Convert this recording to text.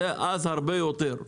אלא הרבה יותר,